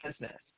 business